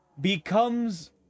becomes